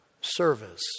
service